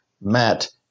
Matt